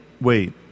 wait